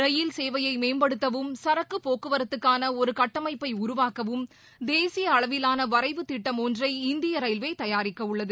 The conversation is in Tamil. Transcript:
ரயில் சேவையை மேம்படுத்தவும் சரக்குப்போக்குவரத்துக்கான ஒரு கட்டமைப்பை உருவாக்கவும் தேசிய அளவிலான வரைவு திட்டம் ஒன்றை இந்திய ரயில்வே தயாரிக்கவுள்ளது